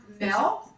Mel